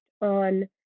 on